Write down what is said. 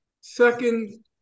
second